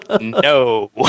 No